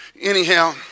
anyhow